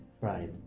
Right